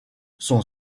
son